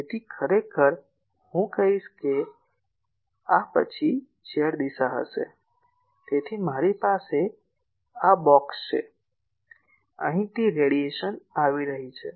તેથી ખરેખર હું કહીશ આ પછી z દિશા હશે તેથી મારી પાસે આ બોક્ષ છે અહીંથી રેડિયેશન આવી રહી છે